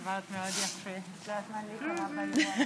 תודה רבה לכולם.